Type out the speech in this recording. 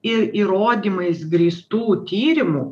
ir įrodymais grįstų tyrimų